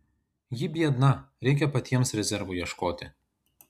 ji biedna reikia patiems rezervų ieškoti